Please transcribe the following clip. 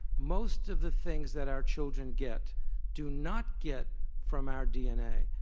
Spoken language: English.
most of the things that our children get do not get from our dna,